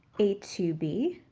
a two b,